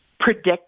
predict